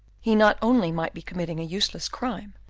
he not only might be committing a useless crime,